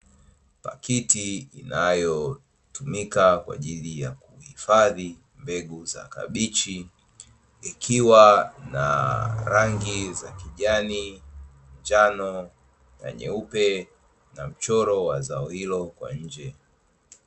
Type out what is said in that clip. Pakiti inayotumika kwa ajili ya kuhifadhi mbegu za kabichi; ikiwa na rangi za kijani, njano na nyeupe; na mchoro wa zao hilo kwa nje.